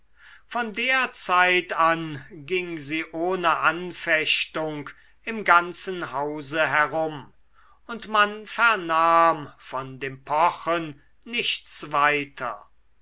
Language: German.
von der zeit an ging sie ohne anfechtung im ganzen hause herum und man vernahm von dem pochen nichts weiter